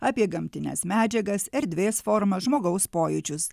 apie gamtines medžiagas erdvės formas žmogaus pojūčius